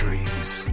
Dreams